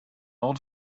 old